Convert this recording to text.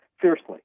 fiercely